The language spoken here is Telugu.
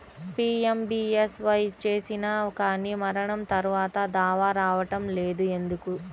పీ.ఎం.బీ.ఎస్.వై చేసినా కానీ మరణం తర్వాత దావా రావటం లేదు ఎందుకు?